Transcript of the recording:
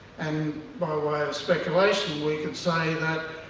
and by way of speculation, we could say that,